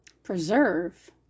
preserve